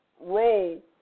role